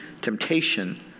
temptation